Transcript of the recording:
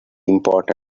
important